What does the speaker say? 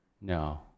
No